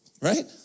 Right